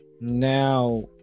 now